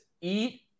eat